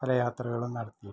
പല യാത്രകളും നടത്തിയിട്ടുണ്ട്